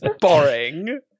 boring